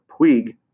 Puig